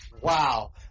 wow